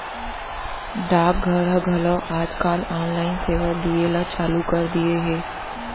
डाक घर ह घलौ आज काल ऑनलाइन सेवा दिये ल चालू कर दिये हे